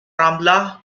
رامبلا